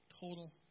total